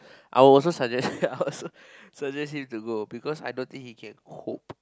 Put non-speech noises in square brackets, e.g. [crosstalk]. I will also suggest him [laughs] I will also suggest him to go because I don't think he can cope